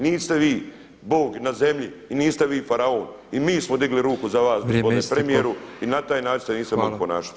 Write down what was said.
Niste vi Bog na zemlji i niste vi faraon i mi smo digli ruku za vas gospodine premijeru i na taj način se niste mogli ponašati.